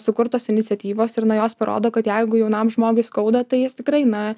sukurtos iniciatyvos ir na jos parodo kad jeigu jaunam žmogui skauda tai jis tikrai na